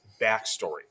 backstory